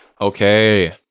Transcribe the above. Okay